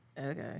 Okay